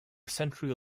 century